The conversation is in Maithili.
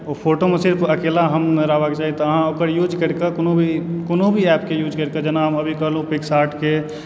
ओ फोटोमे हम सिर्फ अकेला हम रहबाक चाही तऽ अहाँ ओकर यूज करिकऽ कोनो भी कोनो भी एपके यूज करिकऽ जेना हम अभी कहलहुँ पिक्स आर्टके